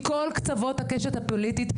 מכל קצות הקשת הפוליטית,